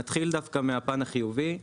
נתחיל דווקא מהפן החיובי,